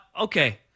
Okay